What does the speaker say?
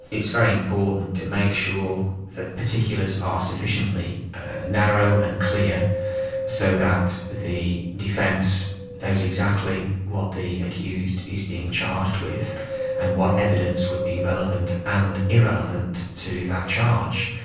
it's very important to make sure that particulars are sufficiently narrow and clear so that the defence knows exactly what the accused is being charged with and what evidence would be relevant and irrelevant to that charge,